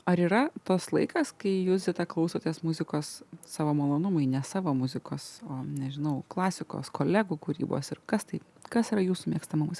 ar yra tas laikas kai jūs klausotės muzikos savo malonumui ne savo muzikos o nežinau klasikos kolegų kūrybos ir kas tai kas yra jūsų mėgstamiausia